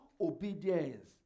obedience